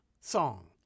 song